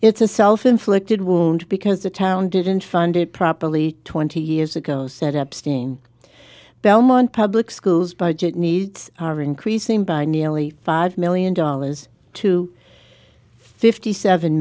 it's a self inflicted wound because the town didn't funded properly twenty years ago set up sting belmont public schools budget needs are increasing by nearly five million dollars to fifty seven